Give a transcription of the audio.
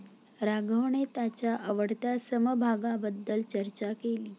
राघवने त्याच्या आवडत्या समभागाबद्दल चर्चा केली